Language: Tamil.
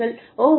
அவர்கள் ஓ